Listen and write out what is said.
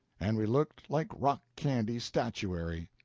and we looked like rock-candy statuary.